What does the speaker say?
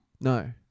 No